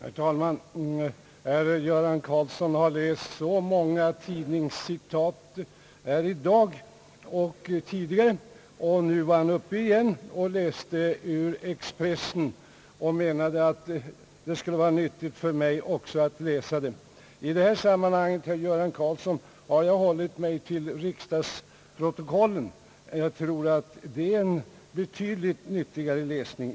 Herr talman! Herr Göran Karlsson har här i kammaren läst många tidningscitat både i dag och tidigare. Han läste för en kort stund sedan ur Expressen och menade att det skulle vara nyttigt även för mig att läsa ifrågavarande artikel. I detta sammanhang, herr Göran Karlsson, har jag hållit mig till riksdagsprotokollen, som jag tror är en betydligt nyttigare läsning.